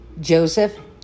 Joseph